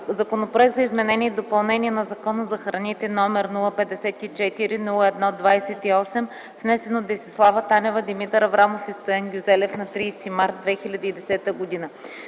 Законопроект за изменение и допълнение на Закона за храните, № 054-01-28, внесен от Десислава Танева, Димитър Аврамов и Стоян Гюзелев на 30 март 2010 г.